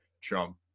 trump